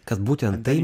kad būtent tai